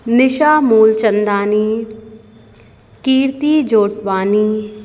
Nisha Moolchandani Kirti Jotwani